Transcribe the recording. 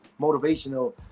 motivational